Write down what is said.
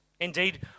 Indeed